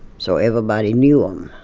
so everybody knew them,